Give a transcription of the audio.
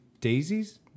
daisies